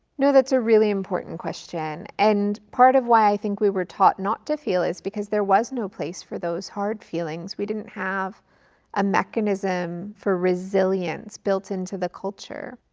no, that's a really important question. and part of why i think we were taught not to feel is because there was no place for those hard feelings. we didn't have a mechanism for resilience built into the culture.